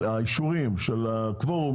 האישורים של הקוורום,